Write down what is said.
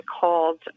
called